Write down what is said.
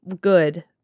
Good